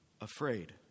afraid